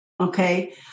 Okay